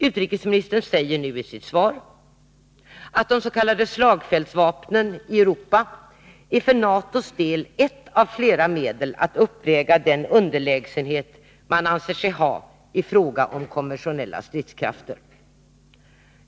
Utrikesministern säger nu i sitt svar att de s.k. slagfältsvapnen i Europa för NATO:s del är ett Om Sveriges ageav flera medel att uppväga den underlägsenhet man anser sig ha i fråga om rande i det interkonventionella stridskrafter.